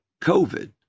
COVID